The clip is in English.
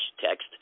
text